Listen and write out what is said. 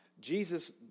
Jesus